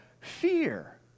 fear